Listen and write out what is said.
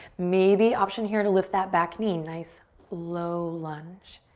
maybe option here to lift that back knee, nice low lunge.